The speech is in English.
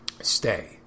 stay